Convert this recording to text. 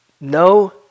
no